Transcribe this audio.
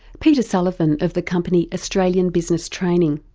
peter sullivan, of the company australian business training.